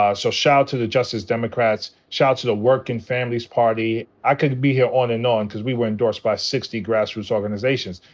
ah so shout-out to the justice democrats, shout-out to the working families party. i could be here on and on. cause we were endorsed by sixty grassroots organizations.